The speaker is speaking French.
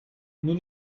nous